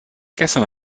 gestern